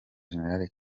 gen